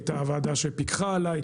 היא הייתה הוועדה שפיקחה עלי,